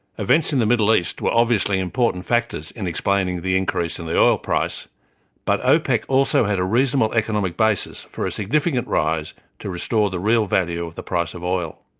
events in the middle east were obviously important factors in explaining the increase in the oil price but opec also had a reasonable economic basis for a significant rise to restore the real value of the price of oil.